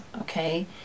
okay